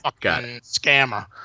scammer